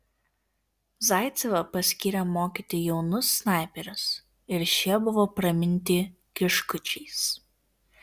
zaicevą paskyrė mokyti jaunus snaiperius ir šie buvo praminti kiškučiais